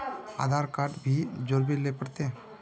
आधार card भी जोरबे ले पड़ते?